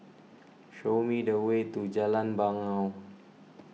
show me the way to Jalan Bangau